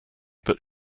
but